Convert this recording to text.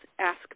ask